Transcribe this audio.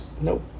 Nope